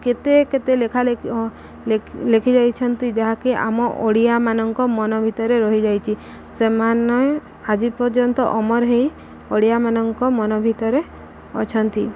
କେତେ କେତେ ଲେଖାଲେଖି ଲେଖି ଯାଇଛନ୍ତି ଯାହାକି ଆମ ଓଡ଼ିଆମାନଙ୍କ ମନ ଭିତରେ ରହିଯାଇଛି ସେମାନେ ଆଜି ପର୍ଯ୍ୟନ୍ତ ଅମର ହୋଇ ଓଡ଼ିଆମାନଙ୍କ ମନ ଭିତରେ ଅଛନ୍ତି